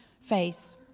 face